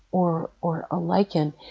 or or a lichen,